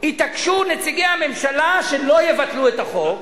התעקשו נציגי הממשלה שלא יבטלו את החוק,